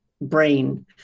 brain